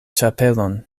ĉapelon